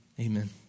Amen